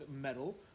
metal